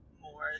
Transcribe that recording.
more